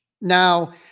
Now